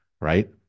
right